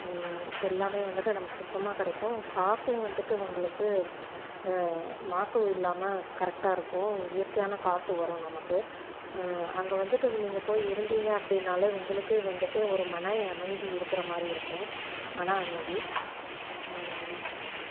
எல்லாமே வந்துட்டு நமக்கு சுத்தமாக கிடைக்கும் காற்றும் வந்துட்டு உங்களுக்கு மாசும் இல்லாமல் கரெக்ட்டாக இருக்கும் இயற்கையான காற்று வரும் நமக்கு அங்கே வந்துட்டு நீங்கள் போய் இருந்திங்க அப்படினாலே உங்களுக்கே வந்துட்டு ஒரு மன அமைதி இருக்கிற மாதிரி இருக்கும் மன அமைதி